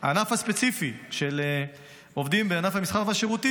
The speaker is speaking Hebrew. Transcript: בעבר הענף הספציפי של עובדים בענף המסחר והשירותים